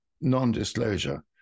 non-disclosure